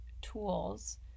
tools